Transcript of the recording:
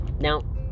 Now